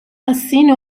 الصين